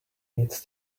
meets